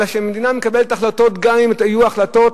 אבל כשמדינה מקבלת החלטות, גם אם החלטות